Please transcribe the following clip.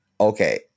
okay